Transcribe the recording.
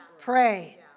Pray